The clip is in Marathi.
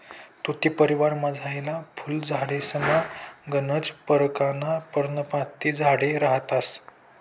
तुती परिवारमझारला फुल झाडेसमा गनच परकारना पर्णपाती झाडे रहातंस